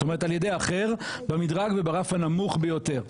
זאת אומרת על ידי אחר במדרג וברף הנמוך ביותר.